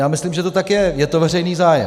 Já myslím, že to tak je, je to veřejný zájem.